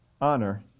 honor